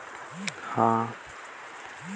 मोला debit card ले पइसा पटाना हे?